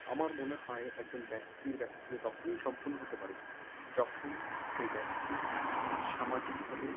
আমার মনে হয় একজন ব্যক্তির ব্যক্তিত্ব তখনই সম্পূর্ণ হতে পারে যখন সেই ব্যক্তি সামাজিকভাবে